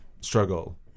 struggle